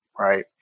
Right